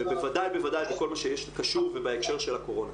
ובוודאי בכל מה שקשור ובהקשר של הקורונה.